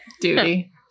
Duty